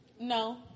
No